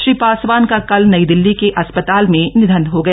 श्री पासवान का कल नई दिल्ली के अस्पताल में निधन हो गया